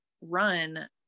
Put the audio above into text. run